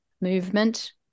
movement